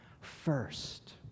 first